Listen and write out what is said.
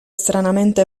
stranamente